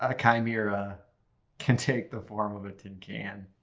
a chimera can take the form of a tin can.